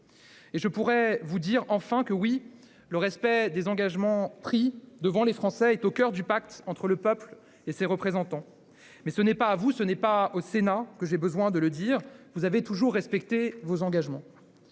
Je pourrais vous dire enfin que, oui, le respect des engagements pris devant les Français est au coeur du pacte entre le peuple et ses représentants. Mais ce n'est pas à vous, ce n'est pas au Sénat que j'ai besoin de le dire : vous avez toujours respecté vos engagements.